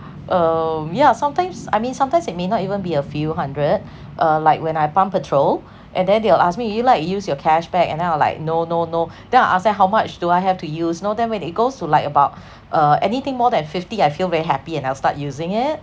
um yeah sometimes I mean sometimes it may not even be a few hundred uh like when I pump petrol and then they will ask me would you like to use your cashback and then I'll like no no no then I'll ask them how much do I have to use you know then when it goes to like about uh anything more than fifty I feel very happy and I'll start using it